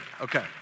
okay